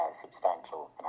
substantial